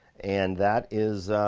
and that is.